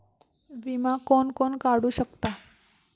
विमा कोण कोण काढू शकता?